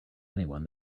anyone